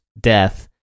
death